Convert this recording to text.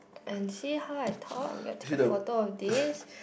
and see how I talk I'm gonna take a photo of this